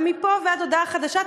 ומפה ועד הודעה חדשה,